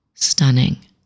stunning